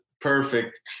perfect